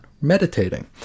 meditating